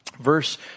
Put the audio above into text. Verse